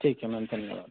ठीक है मैम धन्यवाद